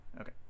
Okay